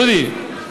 דודי,